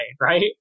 right